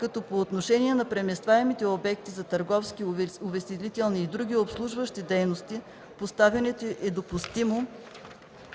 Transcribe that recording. като по отношение на преместваемите обекти за търговски, увеселителни и други обслужващи дейности поставянето е допустимо,